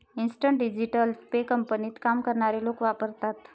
instant digital pay कंपनीत काम करणारे लोक वापरतात